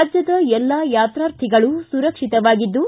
ರಾಜ್ಯದ ಎಲ್ಲ ಯಾತಾರ್ಥಿಗಳು ಸುರಕ್ಷಿತವಾಗಿದ್ದು